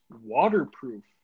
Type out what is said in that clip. waterproof